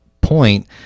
point